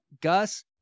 Gus